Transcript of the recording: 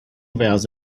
vowels